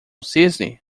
cisne